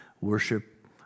Worship